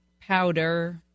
powder